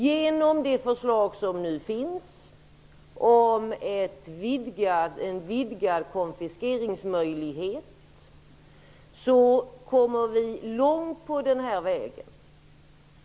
Genom det förslag som nu finns om en vidgad konfiskeringsmöjlighet kommer vi långt på den här vägen.